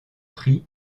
prix